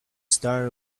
star